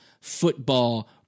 football